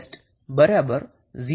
6V મળે છે